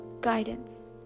Guidance